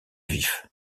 vif